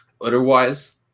Otherwise